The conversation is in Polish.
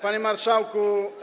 Panie Marszałku!